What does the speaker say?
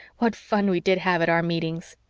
what fun we did have at our meetings!